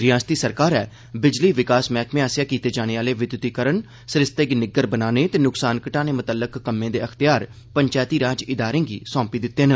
रिआसती सरकारै बिजली विकास मैहकमे आसेआ कीते जाने आह्ले विद्युतीकरण सरिस्ते गी निग्गर बनाने ते नुक्सान घटाने मतल्लक कम्में दे अख्तियार पंचैती राज इदारें गी सौंपी दित्ते न